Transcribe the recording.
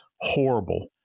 horrible